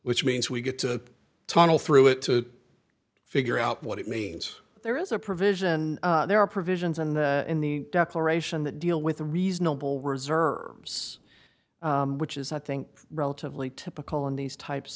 which means we get to tunnel through it to figure out what it means there is a provision there are provisions in the in the declaration that deal with reasonable reserves which is i think relatively typical in these types